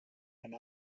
and